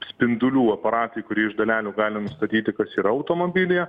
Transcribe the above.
spindulių aparatai kurie iš dalelių gali nustatyti kas yra automobilyje